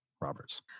Roberts